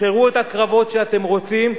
תבחרו את הקרבות שאתם רוצים,